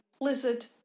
Lizard